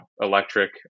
electric